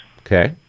Okay